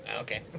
Okay